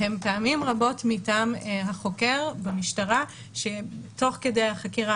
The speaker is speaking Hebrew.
הן פעמים רבות מטעם החוקר במשטרה שתוך כדי החקירה